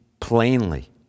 plainly